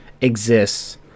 exists